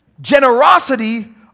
generosity